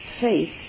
faith